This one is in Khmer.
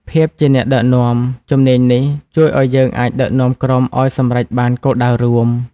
ភាពជាអ្នកដឹកនាំ ជំនាញនេះជួយឲ្យយើងអាចដឹកនាំក្រុមឲ្យសម្រេចបានគោលដៅរួម។